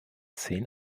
zehn